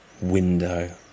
window